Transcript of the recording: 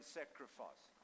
sacrifice